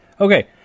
Okay